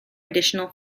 additional